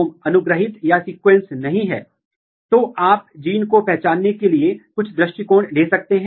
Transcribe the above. अगर वे आनुवंशिक रूप से इंटरेक्ट कर रहे हैं तो अगला सवाल क्या होगा क्या वे शारीरिक रूप से भी इंटरेक्ट कर रहे हैं